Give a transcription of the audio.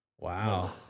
wow